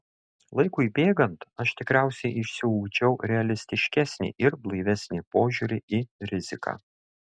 laikui bėgant aš tikriausiai išsiugdžiau realistiškesnį ir blaivesnį požiūrį į riziką